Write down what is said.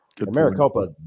Maricopa